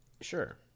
Sure